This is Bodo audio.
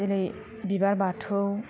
दिनै बिबार बाथौ